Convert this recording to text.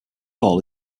hall